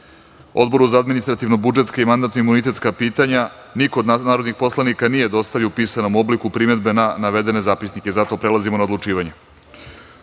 za administrativno-budžetska i mandatno-imunitetska pitanja niko od narodnih poslanika nije dostavio u pisanom obliku primedbe na navedene zapisnike i zato prelazimo na odlučivanje. Stavljam